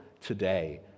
today